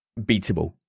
beatable